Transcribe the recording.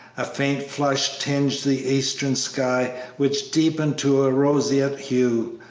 a faint flush tinged the eastern sky, which deepened to a roseate hue,